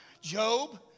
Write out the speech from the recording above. Job